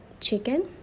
chicken